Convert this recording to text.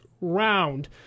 round